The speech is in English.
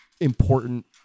important